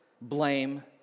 blame